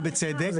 ובצדק,